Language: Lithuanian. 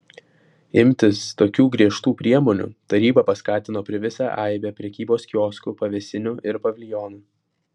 imtis tokių griežtų priemonių tarybą paskatino privisę aibė prekybos kioskų pavėsinių ir paviljonų